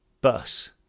bus